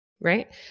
right